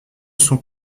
sont